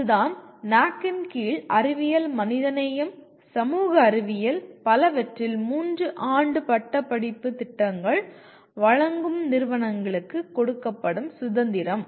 இதுதான் NAAC இன் கீழ் அறிவியல் மனிதநேயம் சமூக அறிவியல் பலவற்றில் 3 ஆண்டு பட்டப்படிப்பு திட்டங்கள் வழங்கும் நிறுவனங்களுக்கு கொடுக்கப்படும் சுதந்திரம்